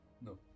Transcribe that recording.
No